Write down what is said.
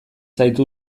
zaitu